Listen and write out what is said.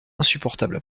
insupportables